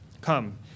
Come